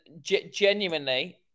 genuinely